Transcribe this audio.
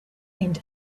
and